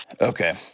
Okay